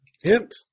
Hint